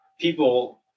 people